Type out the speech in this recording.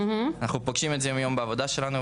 אנחנו פוגשים את זה יום יום בעבודה שלנו,